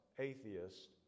atheist